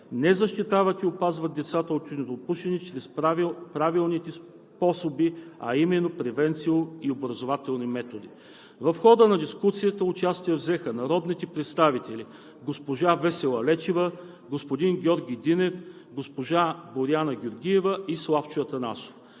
не защитават и опазват децата от тютюнопушене чрез правилните способи, а именно превенция и образователни методи. В хода на дискусията участие взеха народните представители Весела Лечева, Георги Динев, Боряна Георгиева и Славчо Атанасов.